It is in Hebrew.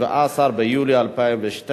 הצעת חוק התכנון והבנייה (תיקון מס' 100) (חובת התקנת מערכת סולרית),